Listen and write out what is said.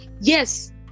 yes